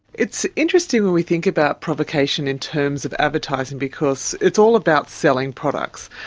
it's interesting when we think about provocation in terms of advertising, because it's all about selling products.